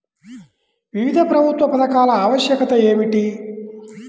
వివిధ ప్రభుత్వ పథకాల ఆవశ్యకత ఏమిటీ?